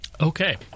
Okay